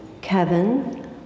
Kevin